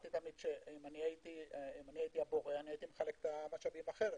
שאם הייתי הבורא, הייתי מחלק את המשאבים אחרת